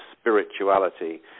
spirituality